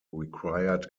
required